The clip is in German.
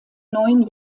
neun